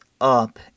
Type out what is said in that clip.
up